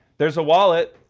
there's a wallet.